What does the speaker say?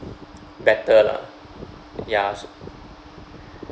better lah ya